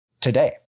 today